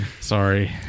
Sorry